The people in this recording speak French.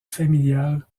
familial